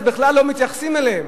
אז בכלל לא מתייחסים אליהם.